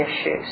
issues